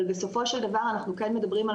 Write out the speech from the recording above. אבל בסופו של דבר אנחנו כן מדברים על